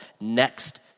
next